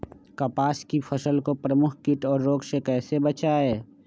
कपास की फसल को प्रमुख कीट और रोग से कैसे बचाएं?